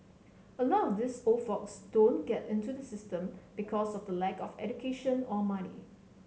a lot of these old folks don't get into the system because of the lack of education or money